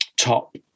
top